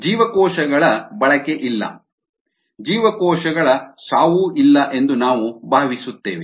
ಜೀವಕೋಶಗಳ ಬಳಕೆ ಇಲ್ಲ ಜೀವಕೋಶಗಳ ಸಾವು ಇಲ್ಲ ಎಂದು ನಾವು ಭಾವಿಸುತ್ತೇವೆ